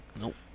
Nope